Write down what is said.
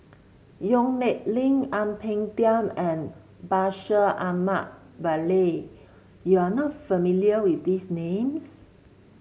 Yong Nyuk Lin Ang Peng Tiam and Bashir Ahmad Mallal you are not familiar with these names